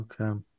Okay